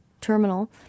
terminal